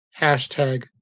hashtag